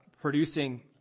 producing